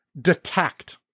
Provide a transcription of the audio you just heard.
detect